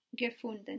gefunden